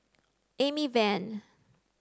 Amy Van